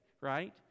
right